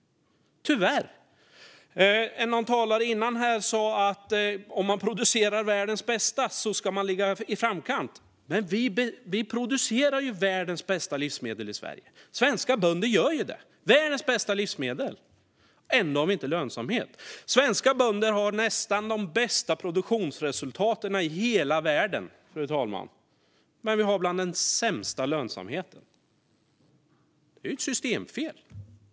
En tidigare talare sa att om man producerar världens bästa livsmedel ska man ligga i framkant. Men vi producerar ju världens bästa livsmedel i Sverige! Svenska bönder producerar världens bästa livsmedel. Ändå har vi inte lönsamhet. Svenska bönder har nästan de bästa produktionsresultaten i hela världen, fru talman. Men lönsamheten är bland de sämsta. Det är ett systemfel.